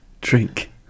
Drink